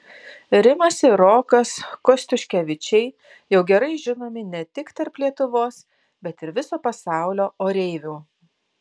rimas ir rokas kostiuškevičiai jau gerai žinomi ne tik tarp lietuvos bet ir viso pasaulio oreivių